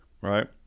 right